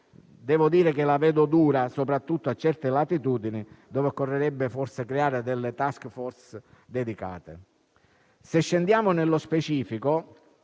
devo dire che la vedo dura, soprattutto a certe latitudini, dove occorrerebbe forse creare delle *task force* dedicate. Se scendiamo nello specifico,